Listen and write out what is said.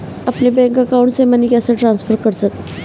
अपने bank account से money कैसे ट्रांसफर करें?